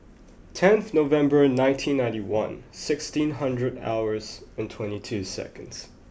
tenth November nineteen ninety one sixteen hundred hours and twenty two seconds